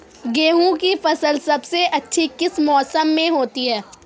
गेंहू की फसल सबसे अच्छी किस मौसम में होती है?